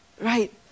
right